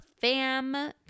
fam